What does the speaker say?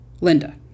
Linda